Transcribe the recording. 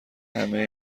همه